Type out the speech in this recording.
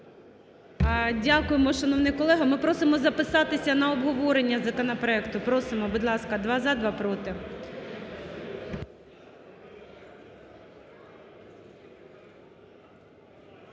Дякуємо, шановний колего! Ми просимо записатись на обговорення законопроекту. Просимо, будь ласка, два – за, два – проти.